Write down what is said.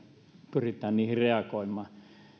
pyritään reagoimaan